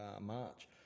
March